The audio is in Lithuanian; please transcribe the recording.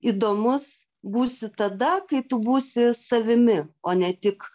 įdomus būsi tada kai tu būsi savimi o ne tik